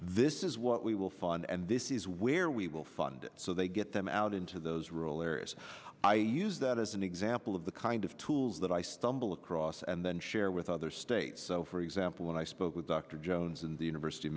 this is what we will fund and this is where we will fund so they get them out into those rural areas i use that as an example of the kind of tools that i stumble across and then share with other states so for example when i spoke with dr jones in the university of